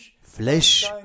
Flesh